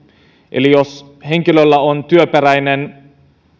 eli jos henkilöllä on työperäinen